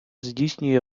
здійснює